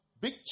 big